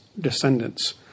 descendants